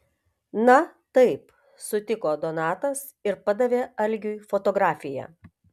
na taip sutiko donatas ir padavė algiui fotografiją